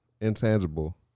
intangible